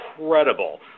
incredible